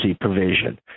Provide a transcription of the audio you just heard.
provision